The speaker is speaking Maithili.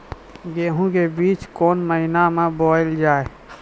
गेहूँ के बीच कोन महीन मे बोएल जाए?